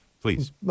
please